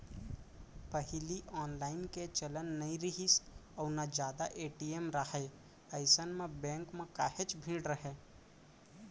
पहिली ऑनलाईन के चलन नइ रिहिस अउ ना जादा ए.टी.एम राहय अइसन म बेंक म काहेच भीड़ राहय